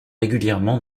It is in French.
régulièrement